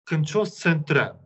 kančios centre